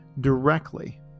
directly